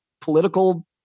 political